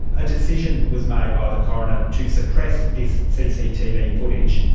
a decision was made by the coroner to suppress this cctv footage.